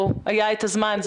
או היה את הזמן,